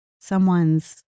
someone's